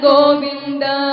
Govinda